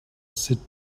sit